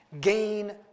gain